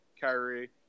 Kyrie